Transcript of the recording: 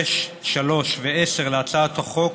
6(3) ו-10 להצעת החוק,